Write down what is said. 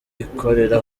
ikorera